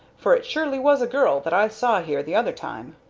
for it surely was a girl that i saw here the other time.